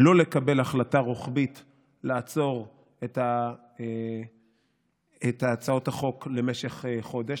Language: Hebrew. שלא לקבל החלטה רוחבית לעצור את הצעות החוק למשך חודש,